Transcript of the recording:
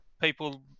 people